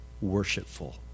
worshipful